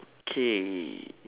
okay